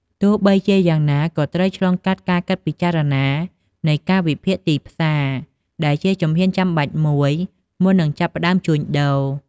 ទោះបីជាយ៉ាងណា ក៏ត្រូវឆ្លងកាត់ការគិតពិចារណានៃការវិភាគទីផ្សារ ដែលជាជំហានចាំបាច់មួយមុននឹងចាប់ផ្តើមជួញដូរ។